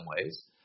ways